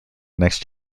next